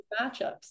matchups